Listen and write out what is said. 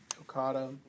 Okada